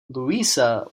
louisa